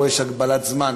פה יש הגבלת זמן